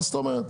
מה זאת אומרת?